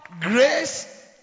grace